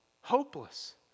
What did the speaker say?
Hopeless